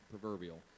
proverbial